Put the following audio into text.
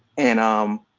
and i'm